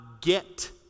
get